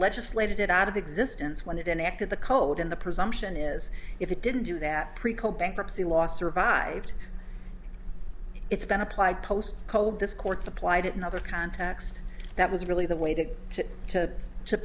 legislated it out of existence when it enacted the code in the presumption is if it didn't do that bankruptcy law survived it's been applied post code this court's applied it in other context that was really the way to go to